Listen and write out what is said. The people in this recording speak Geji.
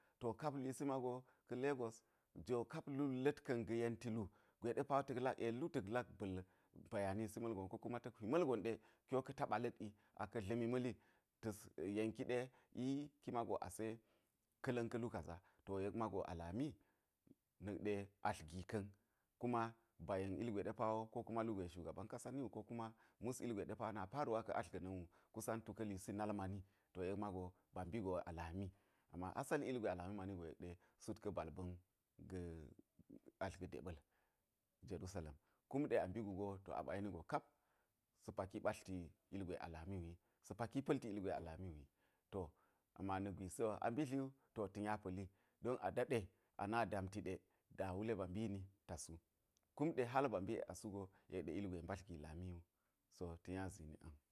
To kap luisi mago ka̱ lagos jo kap lu la̱t ka̱n ga̱ yenti lu gwe ɗe pa wo ta̱k lak yen lu ta̱k la ba̱l bayanisi ma̱lgon ko kuma ta̱k hwi ma̱lgon ɗe ki wo ka taɓa la̱t wi aka̱ dla̱mi ma̱li ta̱s yenki ɗe i ase ki mago ka̱ la̱n ka̱ lu kaza, to yek mago a lami na̱k ɗe atl gi ka̱n ba yen ilgwe ɗe pa wo ko kuma lugwe ɗe shugaban kasa ni wu ko kuma mus ilgwe ɗe pa wo na paruwa ka̱ atl ga̱na̱n wu kusa̱n tu ka̱ luisi nal mani, to yek mago ba mbi go a lami ama asali ilgwe a lami mani go yek ɗe sut ka̱ bal ba̱n ka̱ atl ga̱ ɗeɓal jerusalem kum ɗe a mbi gu go sa̱ paki ɓatlti kap ilgwe a lami wu wi, sa̱ paki pa̱lti ilgwe a lami ww wi, to ama na̱k gwisi a mbidli wu to ta̱ nya pa̱li don a daɗe a na daamti ɗe da wule ba mbini ta su kum ɗe hal ba mbi yek a su go yek ɗe ilgwe mbadl gi lami wu to ta̱ nya zini ang.